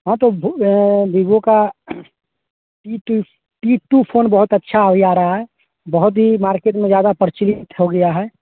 हाँ तो भो विवो का T two T two phone बहुत अच्छा अभी आ रहा है बहुत ही मार्केट में ज़्यादा प्रचलित हो गया है